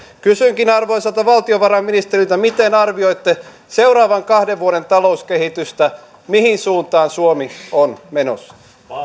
kysynkin arvoisalta valtiovarainministeriltä miten arvioitte seuraavan kahden vuoden talouskehitystä mihin suuntaan suomi on menossa